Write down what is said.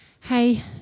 hey